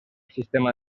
sistema